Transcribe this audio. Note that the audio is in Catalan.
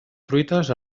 truites